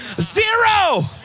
zero